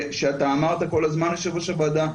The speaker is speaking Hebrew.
שאתה אמרת כל הזמן יושב ראש הוועדה,